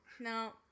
No